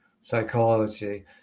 psychology